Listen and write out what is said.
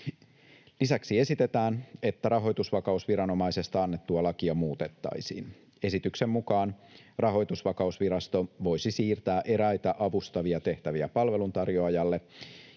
Lisäksi esitetään, että rahoitusvakausviranomaisesta annettua lakia muutettaisiin. Esityksen mukaan Rahoitusvakausvirasto voisi siirtää eräitä avustavia tehtäviä palveluntarjoajalle